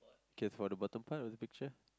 okay for the bottom part of the picture